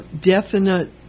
definite